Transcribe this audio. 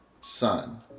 son